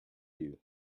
you